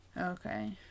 Okay